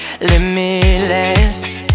limitless